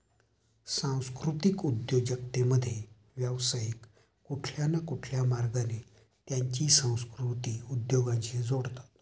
सांस्कृतिक उद्योजकतेमध्ये, व्यावसायिक कुठल्या न कुठल्या मार्गाने त्यांची संस्कृती उद्योगाशी जोडतात